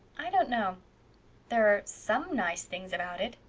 i don't know there are some nice things about it,